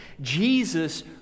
Jesus